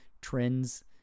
trends